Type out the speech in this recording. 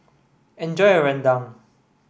enjoy your Rendang